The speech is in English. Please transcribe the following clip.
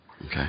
Okay